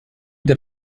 der